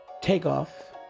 takeoff